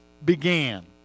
Began